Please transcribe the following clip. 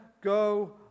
go